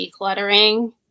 decluttering